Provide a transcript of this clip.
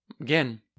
Again